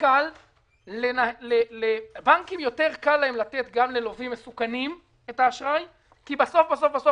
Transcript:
קל יותר לתת את האשראי גם ללווים מסוכנים כי בסוף בסוף,